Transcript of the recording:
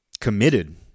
committed